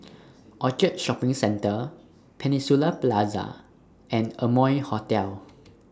Orchard Shopping Centre Peninsula Plaza and Amoy Hotel